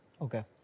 Okay